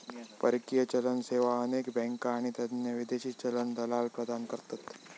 परकीय चलन सेवा अनेक बँका आणि तज्ञ विदेशी चलन दलाल प्रदान करतत